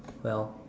well